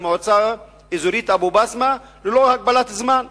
מועצה אזורית אבו-בסמה ללא הגבלת זמן.